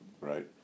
Right